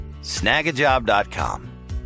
Snagajob.com